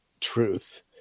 truth